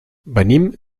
venim